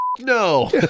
no